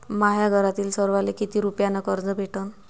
माह्या घरातील सर्वाले किती रुप्यान कर्ज भेटन?